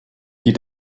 die